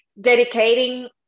dedicating